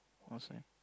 all same